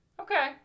Okay